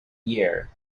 year